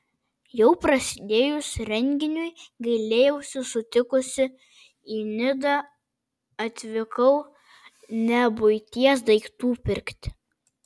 jau prasidėjus renginiui gailėjausi sutikusi į nidą atvykau ne buities daiktų pirkti